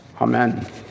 Amen